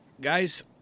guys